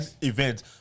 event